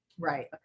Right